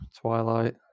Twilight